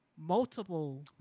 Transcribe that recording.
multiple